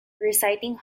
reciting